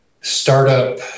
startup